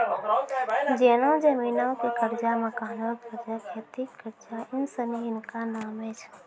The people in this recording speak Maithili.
जेना जमीनो के कर्जा, मकानो के कर्जा, खेती के कर्जा इ सिनी हिनका नामे छै